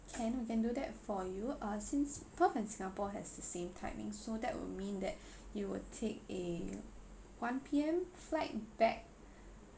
can we can do that for you ah since perth and singapore has the same timing so that would mean that you will take uh one P_M flight back